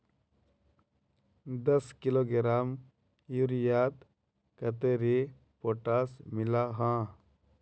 दस किलोग्राम यूरियात कतेरी पोटास मिला हाँ?